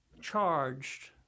charged